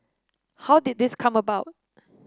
how did this come about